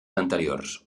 anteriors